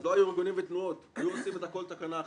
לא היו ארגונים ותנועות והיו עושים את הכול תקנה אחת.